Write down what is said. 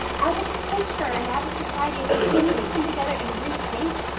as a culture and as a society, we need to come together and rethink,